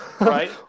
Right